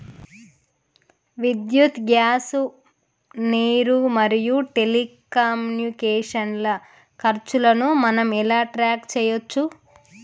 విద్యుత్ గ్యాస్ నీరు మరియు టెలికమ్యూనికేషన్ల ఖర్చులను మనం ఎలా ట్రాక్ చేయచ్చు?